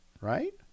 Right